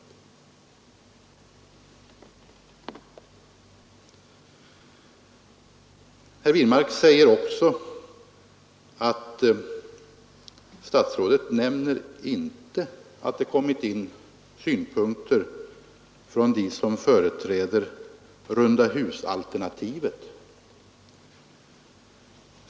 Herr Wirmark säger också att statsrådet inte nämner att det kommit in synpunkter från dem som företräder rundahusalternativet.